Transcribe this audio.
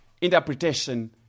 interpretation